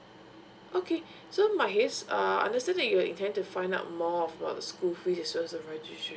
okay so mahes err I understand that you intend to find out more about school fees and registration